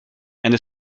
and